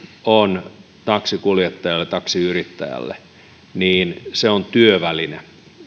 on taksinkuljettajalle taksiyrittäjälle työväline